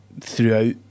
throughout